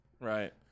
Right